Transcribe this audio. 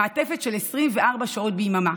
מעטפת של 24 שעות ביממה,